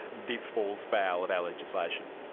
this falls foul of our legislation.